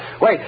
wait